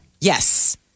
Yes